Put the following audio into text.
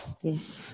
yes